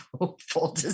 hopeful